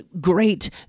great